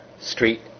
Street